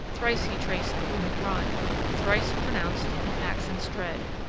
thrice he traced the runic rhyme thrice pronounced, in accents dread,